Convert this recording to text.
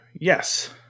yes